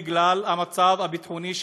בגלל המצב הביטחוני,